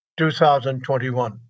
2021